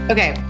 Okay